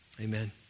Amen